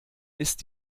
ist